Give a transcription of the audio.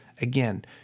Again